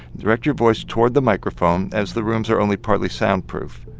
direct your voice toward the microphone as the rooms are only partly soundproof.